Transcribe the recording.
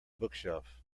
bookshelf